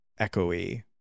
echoey